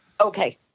Okay